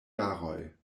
jaroj